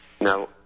Now